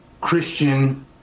Christian